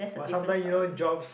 but sometime you know jobs